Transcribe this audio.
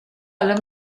alla